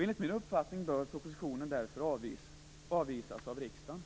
Enligt min uppfattning bör därför propositionen avvisas av riksdagen.